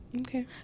okay